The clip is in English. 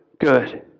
good